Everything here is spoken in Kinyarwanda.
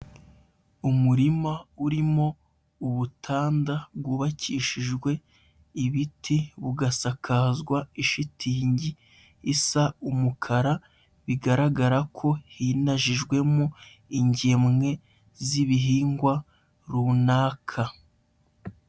Umurima urimo ubutanda bwubakishijwe ibiti, bugasakazwa ishitingi isa umukara, bigaragara ko hinajijwemo ingemwe z'ibihingwa runaka.